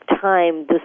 time